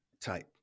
type